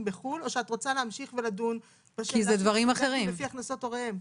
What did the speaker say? בחו"ל או שאת רוצה להמשיך ולדון בשאלה של הכנסות הוריהם?